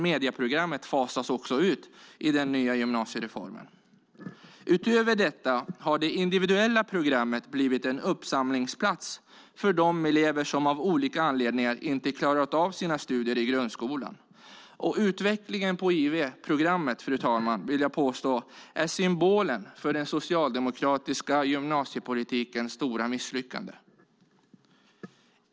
Medieprogrammet fasas också ut i den nya gymnasiereformen. Utöver detta har det individuella programmet blivit en uppsamlingsplats för de elever som av olika anledningar inte klarat av sina studier i grundskolan. Fru talman! Jag vill påstå att utvecklingen på IV-programmet är symbolen för den socialdemokratiska gymnasiepolitikens stora misslyckande.